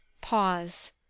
pause